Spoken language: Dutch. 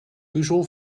puzzel